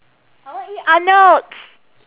I want eat arnolds